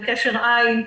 לקשר עין,